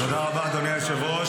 תודה רבה, אדוני היושב-ראש.